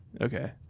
Okay